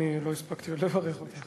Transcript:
אני לא הספקתי עוד לברך אותך.